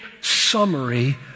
summary